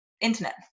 internet